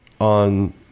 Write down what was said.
on